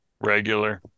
Regular